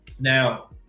Now